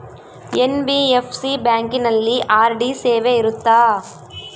NBFC ಬ್ಯಾಂಕಿನಲ್ಲಿ RD ಸೇವೆ ಇರುತ್ತಾ?